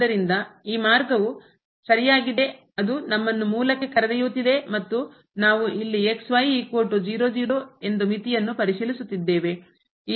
ಆದ್ದರಿಂದ ಈ ಮಾರ್ಗವು ಸರಿಯಾಗಿದೆ ಅದು ನಮ್ಮನ್ನು ಮೂಲಕ್ಕೆ ಕರೆದೊಯ್ಯುತ್ತಿದೆ ಮತ್ತು ನಾವು ಇಲ್ಲಿ ಎಂದು ಮಿತಿಯನ್ನು ಪರಿಶೀಲಿಸುತ್ತಿದ್ದೇವೆ